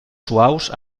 suaus